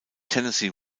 tennessee